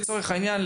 לצורך העניין,